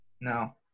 No